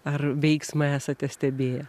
ar veiksmą esate stebėję